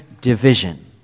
division